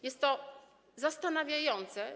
Jest to zastanawiające.